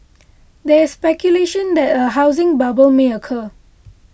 there is speculation that a housing bubble may occur